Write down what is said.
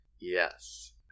Yes